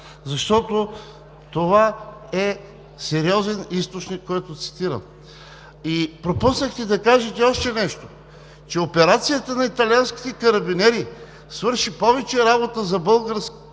защото това е сериозен източник, който цитирам. Пропуснахте да кажете още нещо: че операцията на италианските карабинери свърши повече работа за българските